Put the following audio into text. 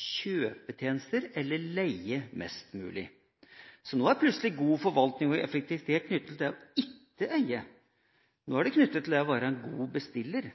kjøpe tjenester eller leie mest mulig. Så nå er plutselig god forvaltning og effektivitet knyttet til det ikke å eie, nå er det knyttet til det å være en god bestiller.